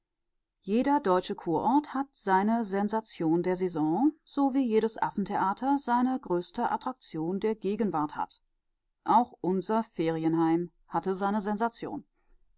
jeder deutsche kurort hat seine sensation der saison so wie jedes affentheater seine größte attraktion der gegenwart hat auch unser ferienheim hatte seine sensation